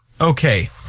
Okay